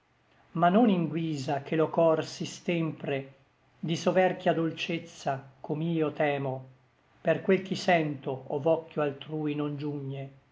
ma non in guisa che lo cor si stempre di soverchia dolcezza com'io temo per quel ch'i sento ov'occhio altrui non giugne